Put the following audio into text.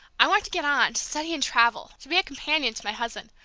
i want to get on, study and travel, to be a companion to my husband.